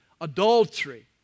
adultery